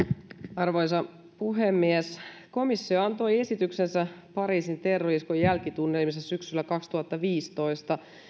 arvoisa puhemies komissio antoi esityksensä pariisin terrori iskujen jälkitunnelmissa syksyllä kaksituhattaviisitoista